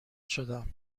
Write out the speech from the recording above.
شدم